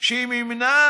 מימנה